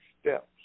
steps